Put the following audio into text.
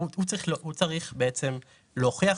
אין לנו נתונים מדויקים.